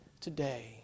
today